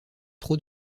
trop